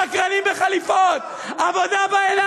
שקרנים בחליפות, עבודה בעיניים.